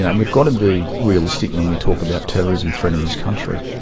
and we've got to be realistic when we talk about terrorism threat in this country.